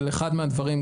אחד הדברים,